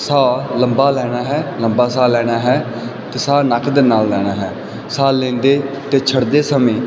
ਸਾਹ ਲੰਬਾ ਲੈਣਾ ਹੈ ਲੰਬਾ ਸਾਹ ਲੈਣਾ ਹੈ ਅਤੇ ਸਾਹ ਨੱਕ ਦੇ ਨਾਲ ਲੈਣਾ ਹੈ ਸਾਹ ਲੈਂਦੇ ਅਤੇ ਛੱਡਦੇ ਸਮੇਂ